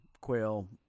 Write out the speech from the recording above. quail